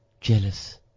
jealous